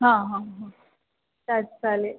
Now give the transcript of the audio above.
हां हां हां चा चालेल